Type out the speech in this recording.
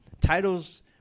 Titles